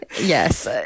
Yes